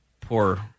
poor